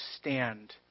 stand